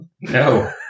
No